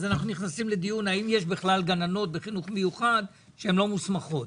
אנחנו נכנסים לדיון האם יש בכלל גננות בחינוך מיוחד שהן לא מוסמכות.